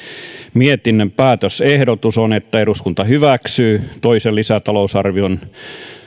mietinnön päätösehdotus on eduskunta hyväksyy toisen lisätalousarvion